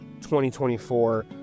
2024